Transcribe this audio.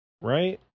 Right